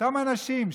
אותם אנשים,